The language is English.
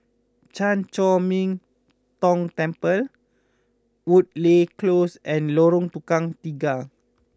Chan Chor Min Tong Temple Woodleigh Close and Lorong Tukang Tiga